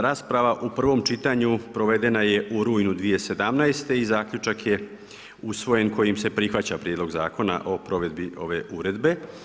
Rasprava u prvom čitanju provedena je u rujnu 2017. i zaključak je usvojen kojim se prihvaća Prijedlog zakona o provedbi ove Uredbe.